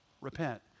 Repent